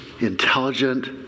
intelligent